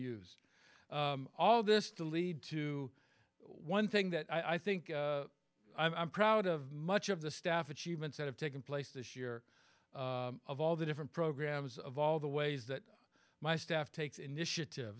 use all of this to lead to one thing that i think i'm proud of much of the staff achievements that have taken place this year of all the different programs of all the ways that my staff takes initiative